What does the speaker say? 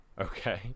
Okay